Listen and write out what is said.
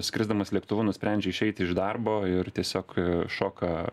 skrisdamas lėktuvu nusprendžia išeiti iš darbo ir tiesiog šoka